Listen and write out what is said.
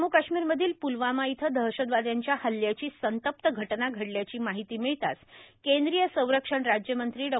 जम्मू काश्मीरमधील प्लवामा इथं दहशतवाद्यांच्या हल्ल्याची संतप्त घटना घडल्याची माहिती मिळताच केंद्रीय संरक्षण राज्यमंत्री डॉ